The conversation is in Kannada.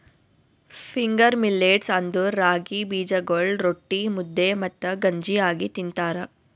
ಫಿಂಗರ್ ಮಿಲ್ಲೇಟ್ಸ್ ಅಂದುರ್ ರಾಗಿ ಬೀಜಗೊಳ್ ರೊಟ್ಟಿ, ಮುದ್ದೆ ಮತ್ತ ಗಂಜಿ ಆಗಿ ತಿಂತಾರ